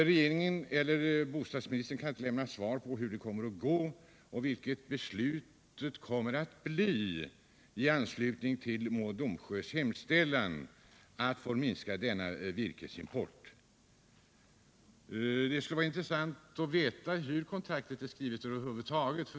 Regeringen eller bostadsministern kan inte lämna svar på hur det kommer att gå och vilket beslutet kommer att bli i anslutning till Mo och Domsjös hemställan att få minska denna virkesimport. Det skulle vara intressant att få svar på frågan hur kontraktet är skrivet över huvud taget.